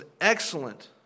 excellent